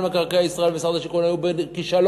מקרקעי ישראל ומשרד השיכון היו בכישלון.